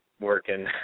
working